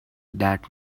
that